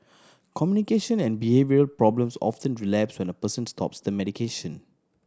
communication and behavioural problems often relapse when the person stops the medication